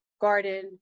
garden